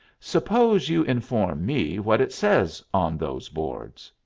suppose you inform me what it says on those boards.